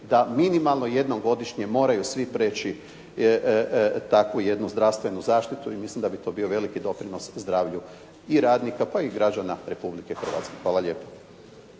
da minimalno jednom godišnje moraju svi preći takvu jednu zdravstvenu zaštitu i mislim da bi to bio velik doprinos zdravlju i radnika, pa i građana Republike Hrvatske. Hvala lijepo.